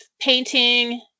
painting